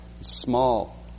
small